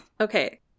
Okay